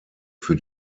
für